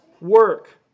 work